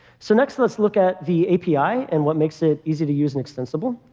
so next, let's look at the api and what makes it easy to use and extensible.